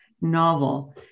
novel